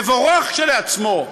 מבורך כשלעצמו: